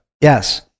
Yes